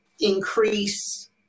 increase